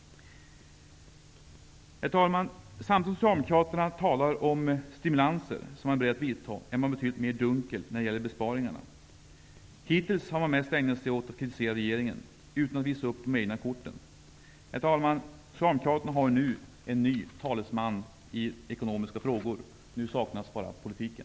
Herr talman! Samtidigt som Socialdemokraterna talar om de stimulanser som man är beredd att vidta är man betydligt mer dunkel när det gäller besparingar. Hittills har man mest ägnat sig åt att kritisera regeringen utan att visa upp de egna korten. Herr talman! Socialdemokraterna har nu en ny talesman i ekonomiska frågor. Nu saknas bara politiken.